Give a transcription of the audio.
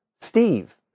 Steve